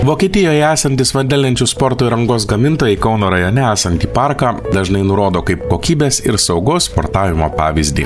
vokietijoje esantys vandelenčių sporto įrangos gamintojai kauno rajone esantį parką dažnai nurodo kaip kokybės ir saugaus sportavimo pavyzdį